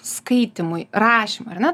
skaitymui rašymui ar ne